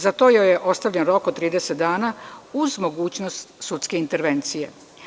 Za to joj je ostavljen rok od 30 dana, uz mogućnost sudske intervencije.